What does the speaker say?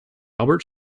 albert